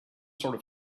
sort